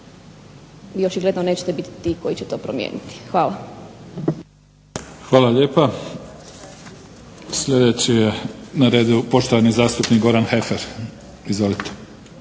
vi očigledno nećete biti ti koji će to promijeniti. Hvala. **Mimica, Neven (SDP)** Hvala lijepa. Sljedeći je na redu poštovani zastupnik Goran Heffer. Izvolite.